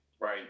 right